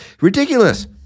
ridiculous